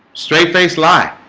straight-faced lie